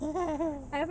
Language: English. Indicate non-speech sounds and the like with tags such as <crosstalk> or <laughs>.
<laughs>